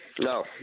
No